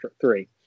three